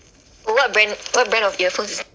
oh what brand what brand of earphone is that